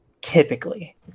typically